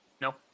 no